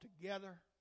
together